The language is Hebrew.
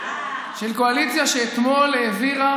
קואליציה שאתמול העבירה